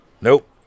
Nope